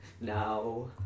Now